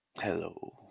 Hello